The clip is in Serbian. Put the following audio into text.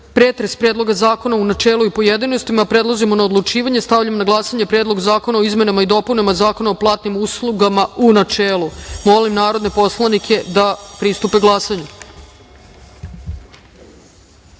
pretres Predlog zakona u načelu i u pojedinostima, prelazimo na odlučivanje. Stavljam na glasanje Predlog zakona o izmenama i dopunama Zakona o platnim uslugama, u načelu. Molim narodne poslanike da glasaju. Zaključujem